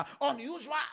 Unusual